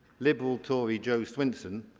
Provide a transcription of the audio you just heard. liberaltory jo swinson,